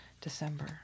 December